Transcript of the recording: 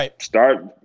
start